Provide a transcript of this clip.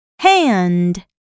hand